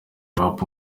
rap